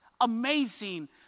amazing